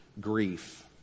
grief